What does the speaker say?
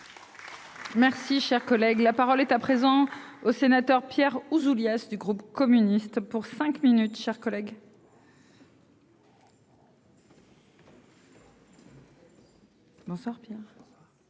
Merci, cher collègue, la parole est à présent au sénateur Pierre Ouzoulias du groupe communiste pour cinq minutes, chers collègues.